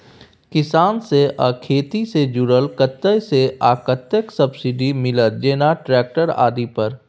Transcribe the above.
किसान से आ खेती से जुरल कतय से आ कतेक सबसिडी मिलत, जेना ट्रैक्टर आदि पर?